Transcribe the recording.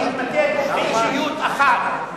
שיתמקד באישיות אחת.